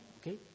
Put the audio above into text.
okay